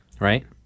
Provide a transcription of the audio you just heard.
Right